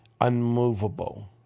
unmovable